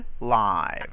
live